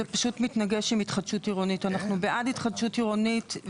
זה פשוט מתנגש עם התחדשות עירונית.